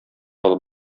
алып